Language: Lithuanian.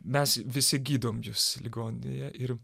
mes visi gydom jus ligoninėje ir